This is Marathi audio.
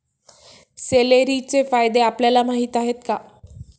सेलेरीचे फायदे आपल्याला माहीत आहेत का?